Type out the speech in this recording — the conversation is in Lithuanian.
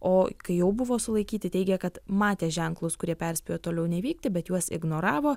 o kai jau buvo sulaikyti teigė kad matė ženklus kurie perspėjo toliau nevykti bet juos ignoravo